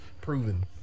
proven